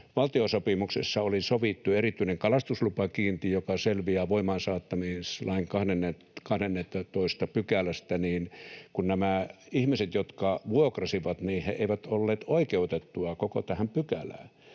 valtiosopimuksessa oli sovittu erityinen kalastuslupakiintiö, joka selviää voimaansaattamislain 12 §:stä, niin nämä ihmiset, jotka vuokrasivat, eivät olleet oikeutettuja koko tähän pykälään.